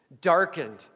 darkened